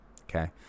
okay